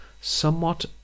somewhat